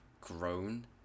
grown